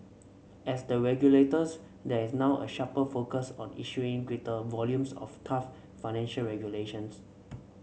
as the regulators there is now a sharper focus on issuing greater volumes of tough financial regulations